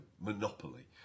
Monopoly